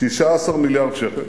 19 מיליארד שקל,